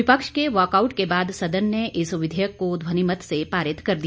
विपक्ष के वाकआउट के बाद सदन ने इस विधेयक को ध्वनिमत से पारित कर दिया